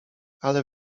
ale